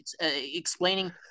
explaining